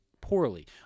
poorly